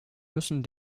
müssen